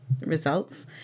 results